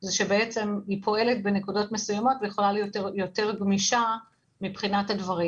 זה שהיא פועלת בנקודות מסוימות ויכולה להיות יותר גמישה מבחינת הדברים.